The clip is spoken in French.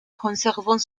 conservant